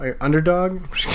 underdog